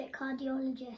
cardiologist